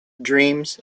dreams